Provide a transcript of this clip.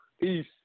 Peace